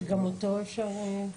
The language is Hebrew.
שגם אותו אפשר לקנות?